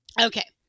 Okay